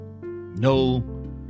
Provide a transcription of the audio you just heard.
No